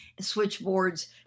switchboards